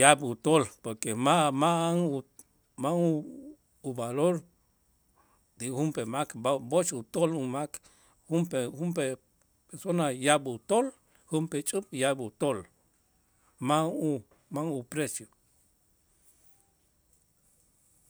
yaab' utool porque ma' ma'an u ma' u- uvalor ti junp'ee mak b'a- b'ox utool umak junp'ee junp'ee persona yaab' utool junp'ee ixch'up yaab' utool, ma' u ma' uprecio.